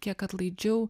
kiek atlaidžiau